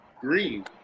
Green